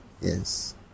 Yes